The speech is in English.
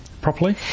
properly